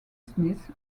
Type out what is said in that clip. smith